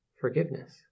forgiveness